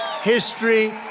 history